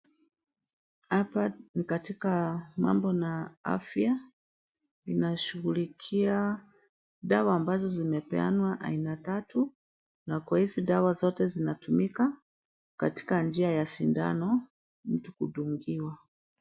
Hapa ni katika mambo na afya, inashughulikia dawa ambazo zimepeanwa aina tatu na kwa hizi dawa zote zinatumika katika njia ya sindano mtu kudungiwa.